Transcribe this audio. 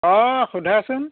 অঁ সোধাচোন